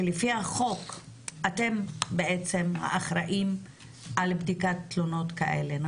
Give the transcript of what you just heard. שלפי החוק אתם בעצם אחראים על בדיקת תלונות כאלה בתאגיד,